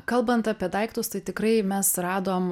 kalbant apie daiktus tai tikrai mes radom